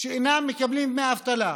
אינם מקבלים דמי אבטלה.